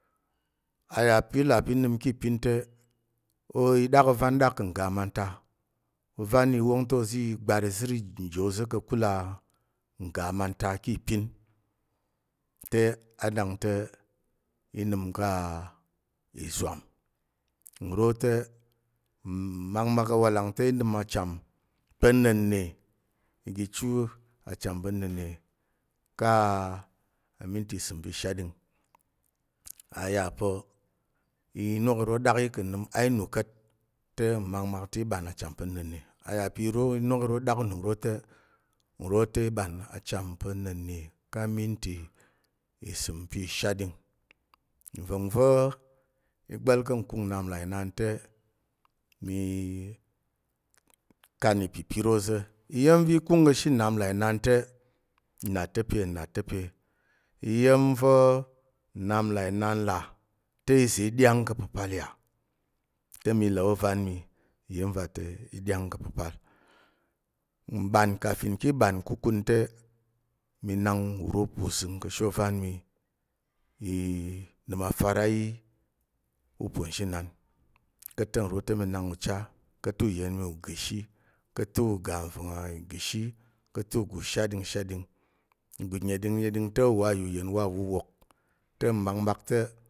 A yà pa̱ i là pa̱ i nəm ki ìpin te, i ɗak ovan ɗak ka̱ ngga amanta ki ìpin. Te a nak te, mmakmak awalang te i nəm acham pa̱ na̱nne igi chu acham pa̱ na̱nne ka aminti isəm pa̱ ishaɗing. A yà pa̱ inok iro ɗak yi ka̱ nnəm ainu ka̱t te mmakmak te i ɓan acham pa̱ na̱nne. A ya pa̱ iro inok iro ɗak unəm uro te, nro te i ɓan acham pa̱ na̱nne ka aminti isəm pa̱ ishaɗing. Nva̱ng va̱ i gba̱l ka̱ nkung nnap nlà inan te mi kan ipipir ôza̱ iya̱m va̱ ikung ka̱she nnap nlà inan te na ta̱ pe na ta̱ pe. Iya̱m va̱ nnap nlà inan là te iza̱ i ɗyang ka̱ pəpal yà, ta̱ mi là ôvan mi iya̱m va ta̱ i ɗyang ka̱ pəpal. Mɓan kafin ki ɓan nkukung te, mi nak uro pa̱ uzəng ka̱she ovan mi uro i nəm afar a yi, ûponzhînan ka̱t te nro te mi nak ucha, ka̱t te uyen mi uga ishi ka̱t te uga nva̱ng a uga ishi ka̱t te uga ushatɗing shatɗing uga una̱ɗing te uwa yà uyen uwa wuwok.